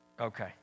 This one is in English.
Okay